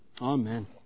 Amen